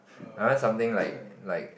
I want something like like